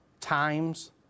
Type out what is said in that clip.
times